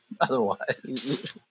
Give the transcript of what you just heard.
otherwise